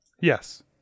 Yes